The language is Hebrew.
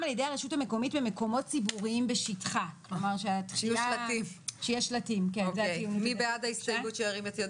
במכרז החדש הזה הרחבנו את --- איזה עניינים?